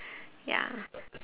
ya